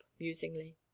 musingly